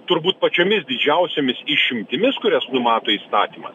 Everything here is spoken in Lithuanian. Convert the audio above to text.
turbūt pačiomis didžiausiomis išimtimis kurias numato įstatymas